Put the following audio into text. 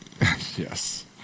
Yes